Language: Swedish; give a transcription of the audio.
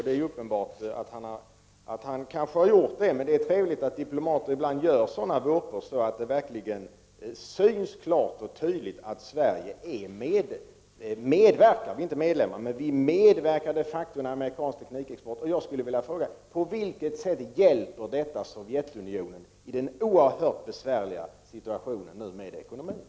Det är uppenbart att han gjort det, men det är trevligt att diplomater ibland gör sådana vurpor så att det verkligen syns klart och tydligt att Sverige de facto medverkar i amerikansk teknologiexport. Jag skulle vilja fråga: På vilket sätt hjälper detta Sovjetunionen i den oerhört besvärliga situationen med ekonomin?